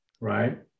right